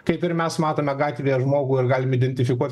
kaip ir mes matome gatvėje žmogų ir galime identifikuot